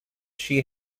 she